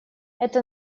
это